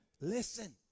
Listen